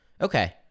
Okay